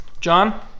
John